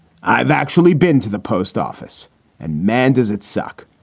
i've actually been to the post office and man, does it suck.